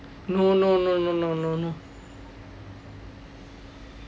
no no no no no no no